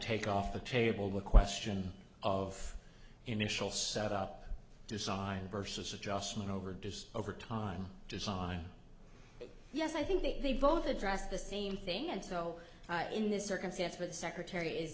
take off the table the question of initial setup design versus adjustment over just over time design yes i think they both address the same thing and so in this circumstance where the secretary is